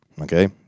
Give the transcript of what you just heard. Okay